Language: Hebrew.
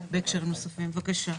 רון, בבקשה.